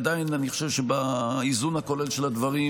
עדיין אני חושב שבאיזון הכולל של הדברים,